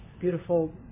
beautiful